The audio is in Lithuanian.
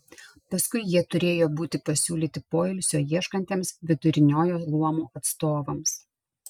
paskui jie turėjo būti pasiūlyti poilsio ieškantiems viduriniojo luomo atstovams